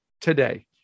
today